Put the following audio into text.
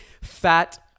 Fat